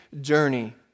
journey